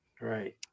Right